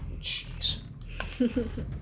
Jeez